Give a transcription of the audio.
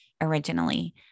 originally